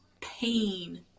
pain